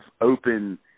open